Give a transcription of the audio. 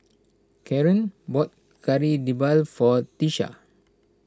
Kareen bought Kari Debal for Tiesha